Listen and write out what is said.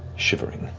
shivering,